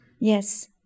Yes